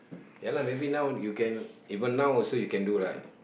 ya lah maybe now you can even now also you can do right